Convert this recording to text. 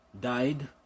Died